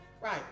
Right